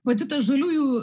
pati ta žaliųjų